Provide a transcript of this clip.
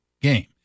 game